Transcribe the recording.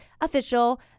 Official